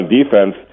defense